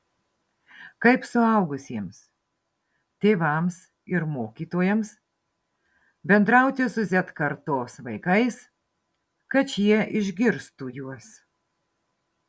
kaip suaugusiems tėvams ir mokytojams bendrauti su z kartos vaikais kad šie išgirstų juos